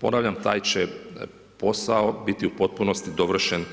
Ponavljam taj će posao biti u potpunosti dovršen